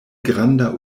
granda